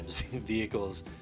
vehicles